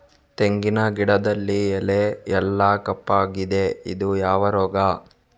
ತೆಂಗಿನ ಗಿಡದಲ್ಲಿ ಎಲೆ ಎಲ್ಲಾ ಕಪ್ಪಾಗಿದೆ ಇದು ಯಾವ ರೋಗ?